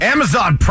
Amazon